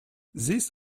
these